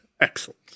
Excellent